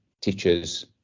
teachers